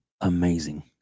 amazing